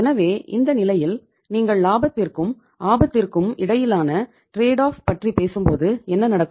எனவே இந்த நிலையில் நீங்கள் லாபத்திற்கும் ஆபத்துக்கும் இடையிலான ட்ரேட்டு ஆப் பற்றி பேசும்போது என்ன நடக்கும்